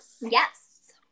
Yes